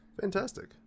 Fantastic